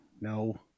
no